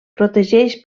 protegeix